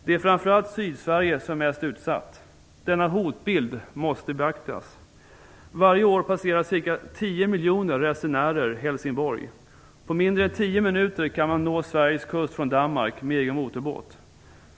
Det är framför allt Sydsverige som är mest utsatt. Denna hotbild måste beaktas. Varje år passerar ca 10 miljoner resenärer Helsingborg. På mindre än tio minuter kan man nå Sveriges kust från Danmark med en egen motorbåt.